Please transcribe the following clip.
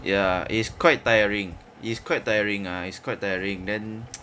ya it's quite tiring it's quite tiring ah it's quite tiring then